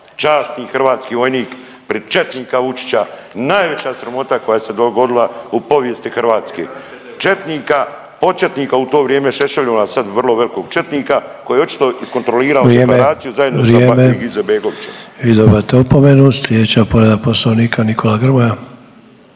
časni hrvatski vojnik prid četnika Vučića, najveća sramota koja se dogodila u povijesti Hrvatske, četnika početnika u to vrijeme Šešeljeva sad vrlo velikog četnika koji je očito iskontrolirao…/Upadica: Vrijeme, vrijeme/… deklaraciju zajedno sa Bakirom Izetbegovićem. **Sanader, Ante (HDZ)** Vi dobivate opomenu. Slijedeća povreda poslovnika Nikola Grmoja.